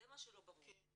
זה מה שלא ברור.